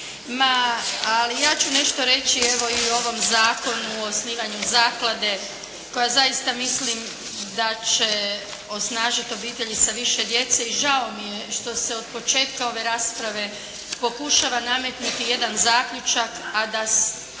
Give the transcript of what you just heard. Ali ja ću nešto reći i o ovom Zakonu o osnivanju zaklade, koja zaista mislim da će osnažiti obitelji sa više djece i žao mi je što se od početka ove rasprave pokušava nametnuti jedan zaključak, a to